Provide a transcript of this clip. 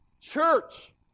Church